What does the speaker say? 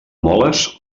moles